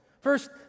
First